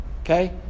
Okay